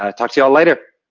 ah talk to you all later.